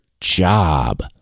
job